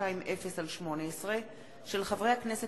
מסעוד גנאים וקבוצת חברי הכנסת,